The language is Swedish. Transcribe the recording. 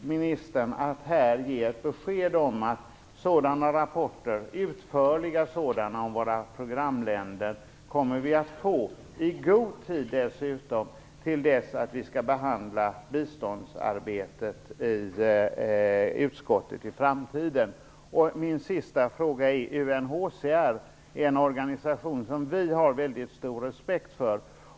ministern att här ge ett besked om att vi kommer att få utförliga rapporter om våra programländer i framtiden, och dessutom i god tid innan vi skall behandla biståndsarbetet i utskottet. Min sista fråga gäller UNHCR. Det är en organisation som vi har mycket stor respekt för.